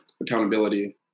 accountability